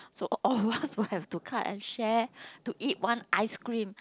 so all of us will have to cut and share to eat one ice cream